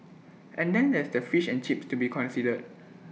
and then there's the fish and chips to be considered